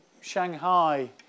Shanghai